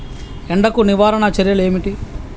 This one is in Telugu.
ఎండకు నివారణ చర్యలు ఏమిటి?